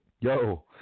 Yo